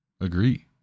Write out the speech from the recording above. agree